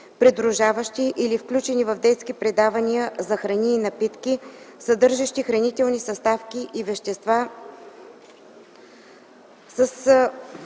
придружаващи или включени в детски предавания за храни и напитки, съдържащи хранителни съставки и вещества